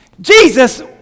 Jesus